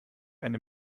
eine